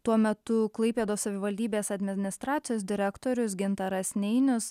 tuo metu klaipėdos savivaldybės administracijos direktorius gintaras neinius